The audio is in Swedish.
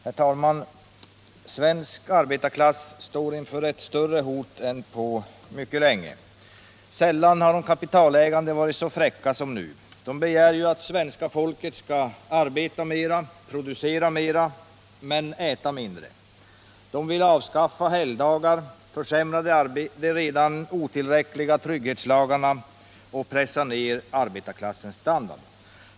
Herr talman! Svensk arbetarklass står inför ett större hot än på mycket länge. Sällan har de kapitalägande varit så fräcka som nu. De begär att svenska folket skall arbeta mera, producera mera, men äta mindre. De vill avskaffa helgdagar, försämra de redan otillräckliga trygghetslagarna och pressa ner arbetarklassens standard.